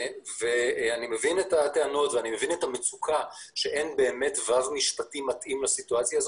אני מבין את הטענות ואת המצוקה שאין באמת וו משפטי מתאים לסיטואציה,